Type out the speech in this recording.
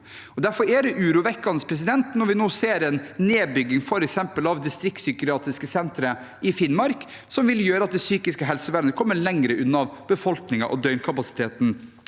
Derfor er det urovekkende når vi nå ser en nedbygging av f.eks. distriktspsykiatriske sentre i Finnmark, noe som vil gjøre at det psykiske helsevernet kommer lenger unna befolkningen og døgnkapasiteten